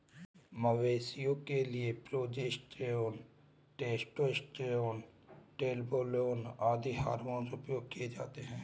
मवेशियों के लिए प्रोजेस्टेरोन, टेस्टोस्टेरोन, ट्रेनबोलोन आदि हार्मोन उपयोग किया जाता है